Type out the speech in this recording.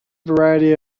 variety